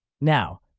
Now